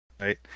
right